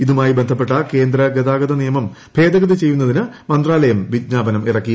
ഇതുമായി ബന്ധപ്പെട്ട കേന്ദ്ര ഗതാഗത നിയമം ഭേദഗതി ചെയ്യുന്നതിന് മന്ത്രാലയം വിജ്ഞാപനം ഇറക്കി